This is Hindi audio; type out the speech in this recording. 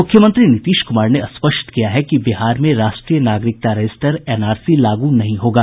मुख्यमंत्री नीतीश कुमार ने स्पष्ट किया है कि बिहार में राष्ट्रीय नागरिकता रजिस्टर एनआरसी लागू नहीं होगा